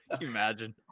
Imagine